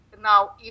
Now